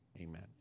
amen